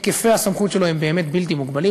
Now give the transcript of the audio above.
היקפי הסמכות שלו הם באמת בלתי מוגבלים,